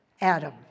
Adam